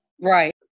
Right